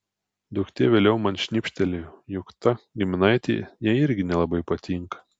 duktė vėliau man šnibžtelėjo jog ta giminaitė jai irgi nelabai patinka